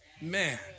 Man